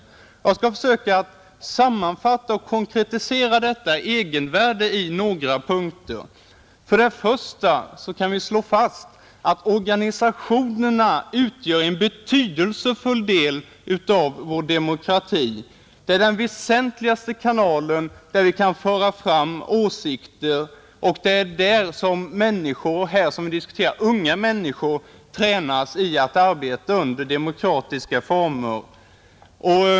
Jag skall försöka sammanfatta och konkretisera detta egenvärde i några punkter. Först kan vi slå fast att organisationerna utgör en betydelsefull del av vår demokrati. De är den väsentligaste kanalen för att föra fram åsikter. Det är där som människor — i det här fallet unga människor — tränas i att arbeta under demokratiska former.